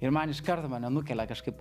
ir man iškarto mane nukelia kažkaip